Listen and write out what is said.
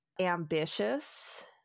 ambitious